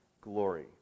glory